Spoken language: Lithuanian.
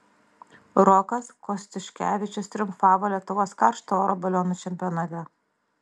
rokas kostiuškevičius triumfavo lietuvos karšto oro balionų čempionate